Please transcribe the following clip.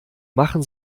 machen